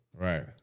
Right